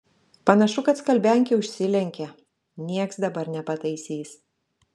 panašu kad skalbiankė užsilenkė nieks dabar nepataisys